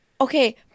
Okay